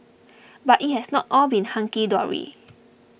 but it has not all been hunky dory